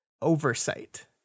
oversight